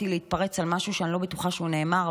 להתפרץ על משהו שאני לא בטוחה שהוא נאמר,